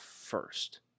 first